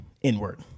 inward